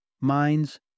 minds